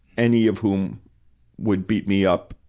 any of whom would beat me up,